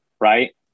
right